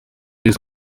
wese